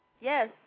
Yes